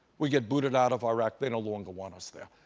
we get booted out of iraq, they no longer want us there.